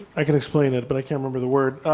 i can explain it but i can't remember the word.